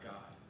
God